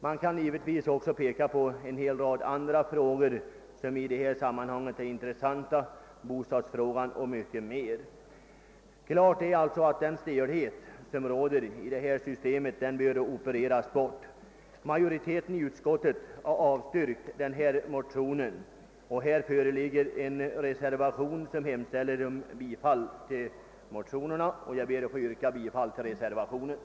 Man kan givetvis även peka på en rad andra åtgärder som i detta sammanhang är intressanta, exempelvis bostadsfrågan. Klart är alltså att den stelhet som råder i systemet bör opereras bort. Majoriteten i utskottet har avstyrkt motionen. Här föreligger en reservation, vari hemställs om bifall till motionerna, och jag ber att få yrka bifall till denna.